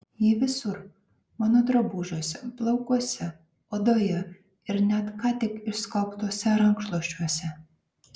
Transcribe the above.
ji visur mano drabužiuose plaukuose odoje ir net ką tik išskalbtuose rankšluosčiuose